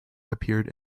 appeared